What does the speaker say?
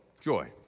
Joy